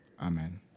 Amen